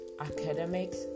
academics